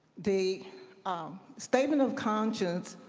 the um statement of conscience